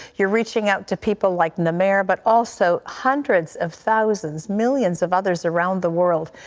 your reaching out to people like namer but also hundreds of thousands, millions of others around the world,